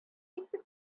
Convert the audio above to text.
итеп